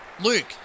Luke